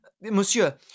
Monsieur